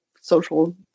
social